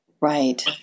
right